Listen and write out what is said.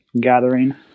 gathering